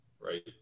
right